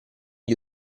gli